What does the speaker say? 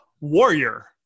warrior